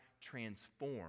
transform